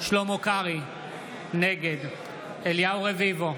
בעד ואליד אלהואשלה,